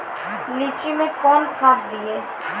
लीची मैं कौन खाद दिए?